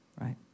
right